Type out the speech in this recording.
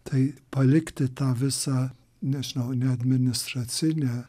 tai palikti tą visą nežinau ne administracinę